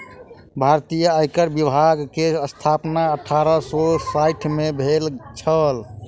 भारतीय आयकर विभाग के स्थापना अठारह सौ साइठ में भेल छल